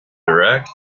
direct